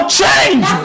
change